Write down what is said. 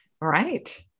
Right